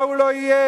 רק שלהוא לא יהיה.